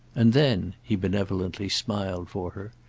and then, he benevolently smiled for her,